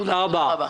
תודה רבה.